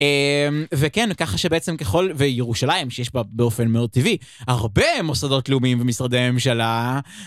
וכן ככה שבעצם ככל וירושלים שיש בה באופן מאוד טבעי הרבה מוסדות לאומיים ומשרדי הממשלה